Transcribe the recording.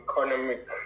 economic